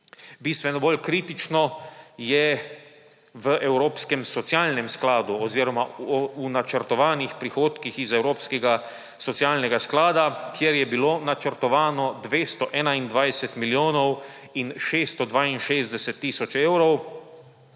Bistveno bolj kritično je v Evropskem socialnem skladu oziroma v načrtovanih prihodkih iz Evropskega socialnega sklada, kjer je bilo načrtovanih 221 milijonov in 662 tisoč evrov,